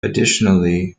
additionally